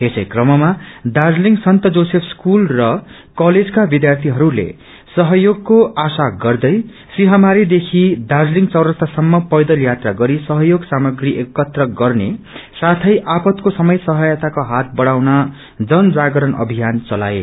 यसै क्रमम Darjeeling saint Joseph school र कलेजका विध्यार्थीहरूले सहयोगको आशा गर्दै सिंहमीदेखि दार्जीलिङ चोरास्तासम्म पैदल यात्रा गरि सहयोग सामग्री एकत्र गर्ने साथे आपदाको समय सहायताको हात बढाउन जान जागरण अभियान चलाए